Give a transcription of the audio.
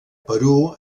perú